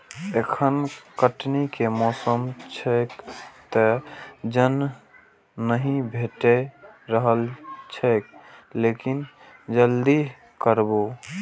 एखन कटनी के मौसम छैक, तें जन नहि भेटि रहल छैक, लेकिन जल्दिए करबै